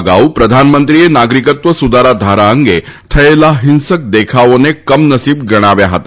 અગાઉ પ્રધાનમંત્રીએ નાગરિકત્વ સુધારા ધારા અંગે થયેલા હિંસક દેખાવોને કમનસીબ ગણાવ્યા હતા